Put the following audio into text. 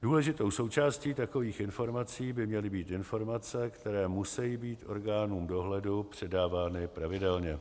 Důležitou součástí takových informací by měly být informace, které musejí být orgánům dohledu předávány pravidelně.